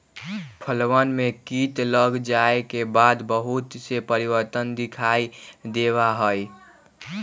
फसलवन में कीट लग जाये के बाद बहुत से परिवर्तन दिखाई देवा हई